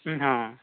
ᱦᱮᱸ